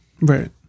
Right